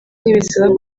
ntibisaba